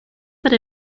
para